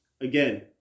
again